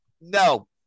No